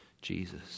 Jesus